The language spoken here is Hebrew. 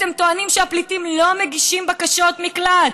אתם טוענים שהפליטים לא מגישים בקשות מקלט.